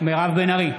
מירב בן ארי,